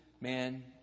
man